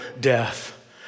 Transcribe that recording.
death